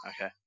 Okay